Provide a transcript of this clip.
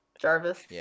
Jarvis